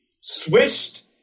switched